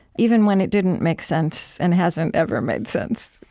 even when it didn't make sense and hasn't ever made sense